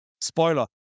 spoiler